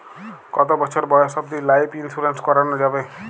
কতো বছর বয়স অব্দি লাইফ ইন্সুরেন্স করানো যাবে?